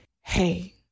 Hey